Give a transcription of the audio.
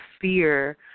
fear